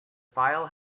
file